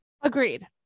Agreed